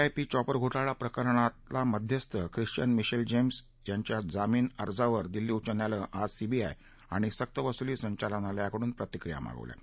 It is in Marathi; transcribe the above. आय पी चॉपर घोटाळा प्रकरणातला मध्यस्थ ख्रिश्वियन मिशेल जेम्स यांच्या जामीन अर्जावर दिल्ली उच्च न्यायालयानं आज सीबीआय आणि सक्तवसुली संचालनालयाकडून प्रतिक्रिया मागवल्या आहेत